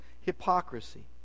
hypocrisy